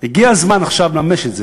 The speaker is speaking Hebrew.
הגיע הזמן עכשיו לממש את זה.